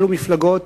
אלה מפלגות